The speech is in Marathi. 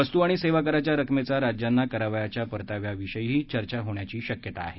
वस्तू आणि सेवाकराच्या रकमेचा राज्यांना करावयाच्या परताव्याविषयीही चर्चा होण्याची शक्यता आहे